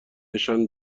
نشان